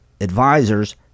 advisors